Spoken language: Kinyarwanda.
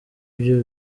byo